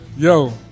Yo